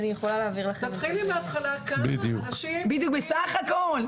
תתחילי מהתחלה ותגידי כמה אנשים הגיעו בסך הכול.